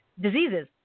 diseases